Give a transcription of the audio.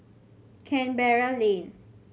Canberra Lane